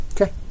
Okay